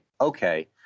okay